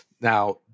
Now